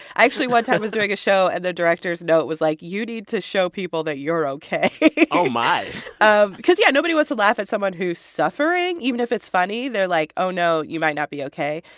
i actually, one time, was doing a show and the director's note was like, you need to show people that you're ok. oh, my um because, yeah, nobody wants to laugh at someone who's suffering, even if it's funny. they're like, oh, no, you might not be ok.